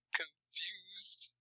confused